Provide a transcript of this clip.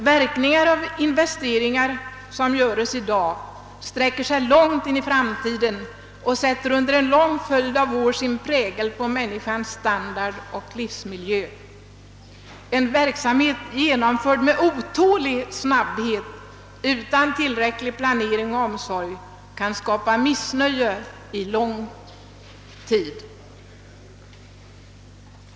Verkningar av investeringar som görs i dag sträcker sig långt in i framtiden och sätter under en lång följd av år sin prägel på människans standard och livsmiljö. En verksamhet genomförd med otålig snabbhet utan tillräcklig planering och omsorg kan skapa missnöje under avsevärd tid.